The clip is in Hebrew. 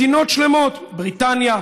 מדינות שלמות בריטניה,